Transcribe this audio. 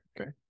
okay